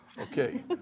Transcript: Okay